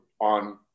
on